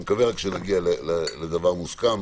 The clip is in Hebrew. אני מקווה שנגיע לדבר מוסכם